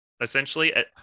essentially